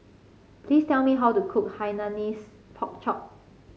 please tell me how to cook Hainanese Pork Chop